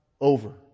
over